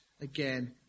again